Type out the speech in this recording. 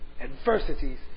Adversities